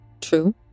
true